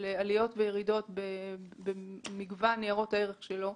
עליות ויריות במגוון ניירות הערך שלו,